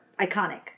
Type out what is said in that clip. iconic